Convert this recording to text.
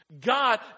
God